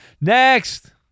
Next